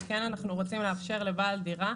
ואנחנו כן רוצים לאפשר לבעל דירה.